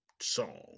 song